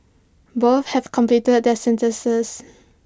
both have completed their sentences